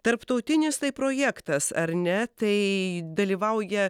tarptautinis projektas ar ne tai dalyvauja